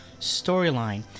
storyline